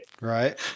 right